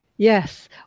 Yes